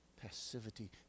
passivity